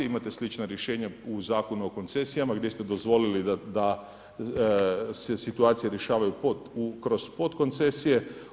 Imate slična rješenja u Zakonu o koncesijama gdje ste dozvolili da se situacije rješavaju kroz potkoncesije.